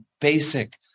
basic